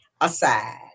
aside